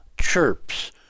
chirps